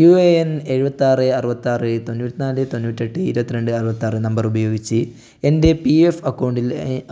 U A N എഴുപത്തി ആറ് അറുപത്തി ആറ് തൊണ്ണൂറ്റി നാല് തൊണ്ണൂറ്റി എട്ട് ഇരുപത്തി രണ്ട് അറുപത്തി ആറ് നമ്പർ ഉപയോഗിച്ച് എൻ്റെ പി എഫ്